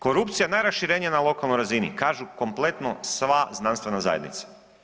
Korupcija je najraširenija na lokalnoj razini kažu kompletno sva znanstvena zajednica.